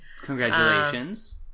Congratulations